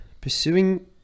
pursuing